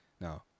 no